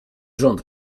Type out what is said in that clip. rząd